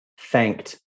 thanked